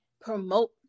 promote